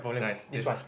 nice this